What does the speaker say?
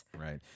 Right